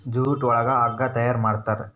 jute ಒಳಗ ಹಗ್ಗ ತಯಾರ್ ಮಾಡುತಾರೆ